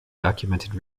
documented